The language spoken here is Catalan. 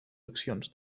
accions